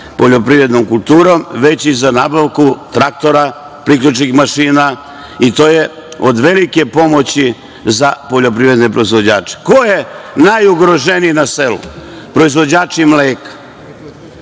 poljoprivrednom kulturom, već i za nabavku traktora, priključnih mašina i to je od velike pomoći za poljoprivredne proizvođače. Ko je najugroženiji na selu? Proizvođači mleka.